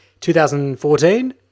2014